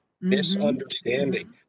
misunderstanding